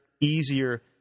easier